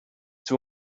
too